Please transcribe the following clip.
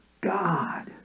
God